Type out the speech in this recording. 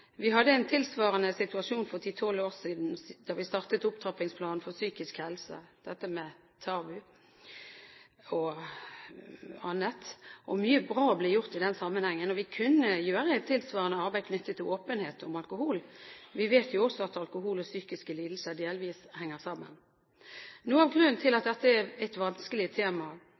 Vi hadde en tilsvarende situasjon for 10–12 år siden da vi startet Opptrappingsplanen for psykisk helse – dette med tabu og annet. Mye bra ble gjort i den sammenhengen, og vi kunne gjøre et tilsvarende arbeid knyttet til åpenhet om alkohol. Vi vet jo også at alkohol og psykiske lidelser delvis henger sammen. Noe av grunnen til at dette er et vanskelig tema